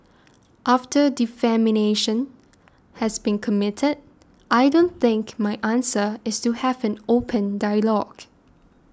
after has been committed I don't think my answer is to have an open dialogue